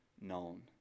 known